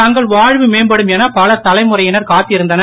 தங்கள் வாழ்வு மேம்படும் என பல தலைமுறையினர் காத்திருந்தனர்